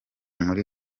muri